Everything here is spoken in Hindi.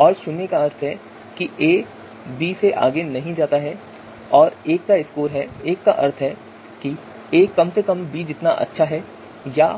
और शून्य का अर्थ है कि a b से आगे नहीं जाता है और एक के स्कोर का अर्थ है कि a कम से कम b जितना अच्छा है या